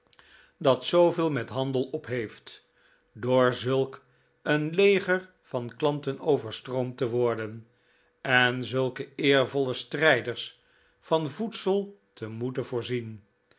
dat zooveel met handel op heeft door zulk een leger van klanten overstroomd te worden en zulke eervolle strijders van voedsel te moeten voorzien